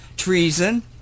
treason